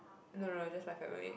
no no no just my family